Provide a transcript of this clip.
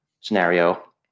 scenario